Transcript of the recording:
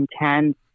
intense